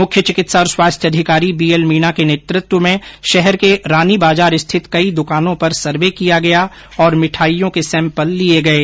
मुख्य चिकित्सा और स्वास्थ्य अधिकारी बी एल मीणा के नेतृत्व में शहर के रानी बाजार स्थित कई दुकानों पर सर्वे किया गया और मिठाईयों के सैम्पल लिये गये